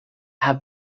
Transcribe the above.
have